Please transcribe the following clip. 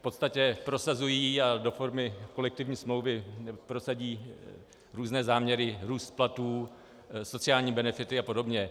V podstatě prosazují a do formy kolektivní smlouvy prosadí různé záměry, růst platů, sociální benefity a podobně.